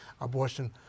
abortion